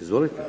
Izvolite.